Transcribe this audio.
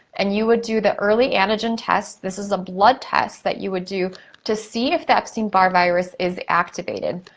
and you would do the early antigen test, this is a blood test that you would do to see if the epstein-barr virus is activated.